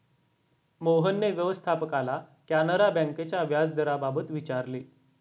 मोहनने व्यवस्थापकाला कॅनरा बँकेच्या व्याजदराबाबत विचारले